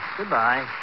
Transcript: Goodbye